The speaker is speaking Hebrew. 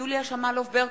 יוליה שמאלוב-ברקוביץ,